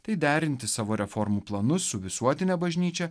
tai derinti savo reformų planus su visuotine bažnyčia